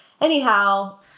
anyhow